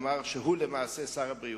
אמר שהוא למעשה שר הבריאות.